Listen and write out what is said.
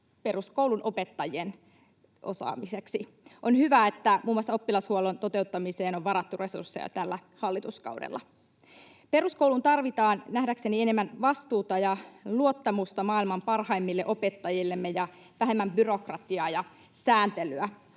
peruskoulun opettajien osaamiseksi. On hyvä, että muun muassa oppilashuollon toteuttamiseen on varattu resursseja tällä hallituskaudella. Peruskouluun tarvitaan nähdäkseni enemmän vastuuta ja luottamusta maailman parhaimmille opettajillemme ja vähemmän byrokratiaa ja sääntelyä.